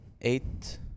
Eight